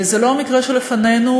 זה לא המקרה שלפנינו,